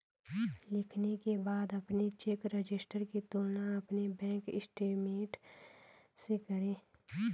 लिखने के बाद अपने चेक रजिस्टर की तुलना अपने बैंक स्टेटमेंट से करें